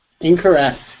Incorrect